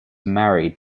married